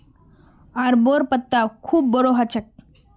अरबोंर पत्ता खूब बोरो ह छेक